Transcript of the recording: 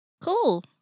Cool